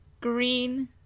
green